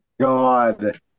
god